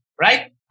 right